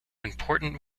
important